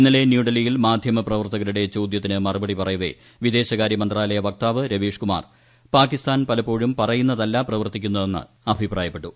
ഇന്നലെ ന്യൂഡൽഹിയിൽ മാധ്യമപ്രവർത്തകരുടെ ചോദ്യത്തിന് മറുപടി പറയവേ വിദേശകാരൃ മന്ത്രാലയ വക്താവ് രവീഷ്കുമാർ പാകിസ്ഥാൻ പലപ്പോഴും പറയുന്നതല്ല പ്രവർത്തിക്കുന്നതെന്ന് അഭിപ്രായപ്പെട്ടു